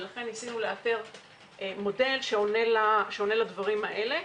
לכן ניסינו לאתר מודל שעונה לדברים האלה.